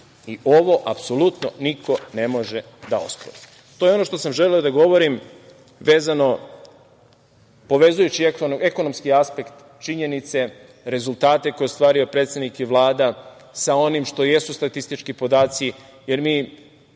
i ovo apsolutno niko ne može da ospori. To je ono što sam želeo da govorim povezujući ekonomski aspekt činjenice, rezultate koje su ostarili predsednik i Vlada sa onim što jesu statistički podaci, jer mi